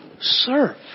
serve